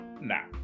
Now